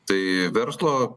tai verslo